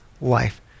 life